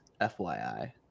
FYI